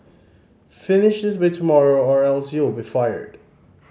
finish this by tomorrow or else you'll be fired